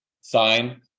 sign